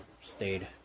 stayed